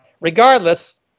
Regardless